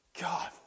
God